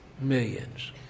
millions